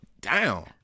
down